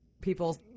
people